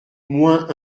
moins